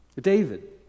David